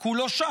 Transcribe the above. כי הוא לא שם,